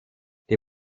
die